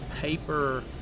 paper